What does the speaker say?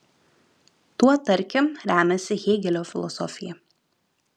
tuo tarkim remiasi hėgelio filosofija